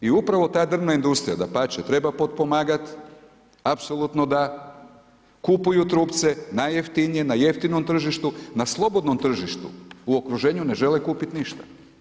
I upravo ta drvna industrija, dapače, treba potpomagati, apsolutno da, kupuju trupce najjeftinije na jeftinom tržištu, na slobodnom tržištu u okruženju ne žele kupiti ništa.